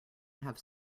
have